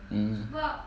mm